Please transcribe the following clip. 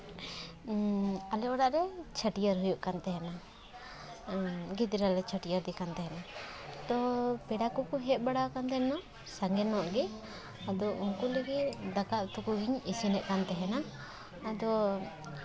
ᱟᱞᱮ ᱚᱲᱟᱜ ᱨᱮ ᱪᱷᱟᱹᱴᱭᱟᱹᱨ ᱦᱩᱭᱩᱜ ᱠᱟᱱ ᱛᱟᱦᱮᱱᱟ ᱜᱤᱫᱽᱨᱟᱹ ᱞᱮ ᱪᱷᱟᱹᱴᱭᱟᱹᱨ ᱫᱮ ᱠᱟᱱ ᱛᱟᱦᱮᱱᱟ ᱛᱚ ᱯᱮᱲᱟ ᱠᱚᱠᱚ ᱦᱮᱡ ᱵᱟᱲᱟ ᱠᱟᱱ ᱛᱟᱦᱮᱸ ᱨᱮᱦᱚᱸ ᱥᱟᱸᱜᱮ ᱧᱚᱜ ᱜᱮ ᱟᱫᱚ ᱩᱱᱠᱩ ᱞᱟᱹᱜᱤᱫ ᱫᱟᱠᱟ ᱩᱛᱩ ᱠᱚᱜᱮᱧ ᱤᱥᱤᱱᱮᱜ ᱠᱟᱱ ᱛᱟᱦᱮᱱᱟ ᱟᱫᱚ